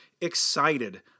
excited